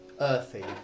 earthy